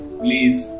please